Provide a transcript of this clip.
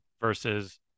versus